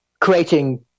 creating